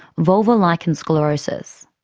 vulvar lichen sclerosus.